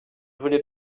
voulais